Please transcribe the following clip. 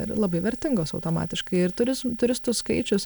ir labai vertingos automatiškai ir turis turistų skaičius